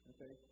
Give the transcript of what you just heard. Okay